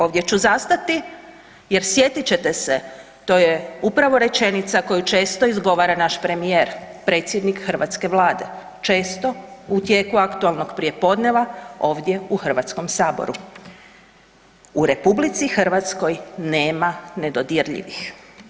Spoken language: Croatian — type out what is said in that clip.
Ovdje ću zastati jer sjetit ćete se, to je upravo rečenica koju često izgovara naš premijer, predsjednik hrvatske Vlade, često u tijeku aktualnog prijepodneva, ovdje u Hrvatskom saboru, u RH nema nedodirljivih.